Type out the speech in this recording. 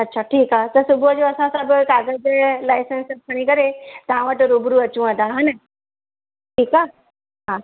अच्छा ठीक आए त सुबुअ जो असां सब काग़ज लाइसेंस खणी करे तां वट रूबरु अचूंता ठीक आ हा